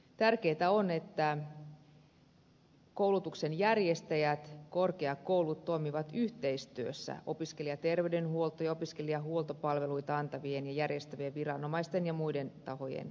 tärkeätä on että koulutuksen järjestäjät kuten korkeakoulut toimivat yhteistyössä opiskelijaterveydenhuolto ja opiskelijahuoltopalveluita antavien ja järjestävien viranomaisten ja muiden tahojen kanssa